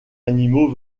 animaux